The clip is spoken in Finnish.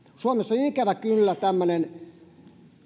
suomessa on ikävä kyllä tämmöinen